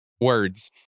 Words